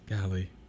golly